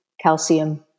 calcium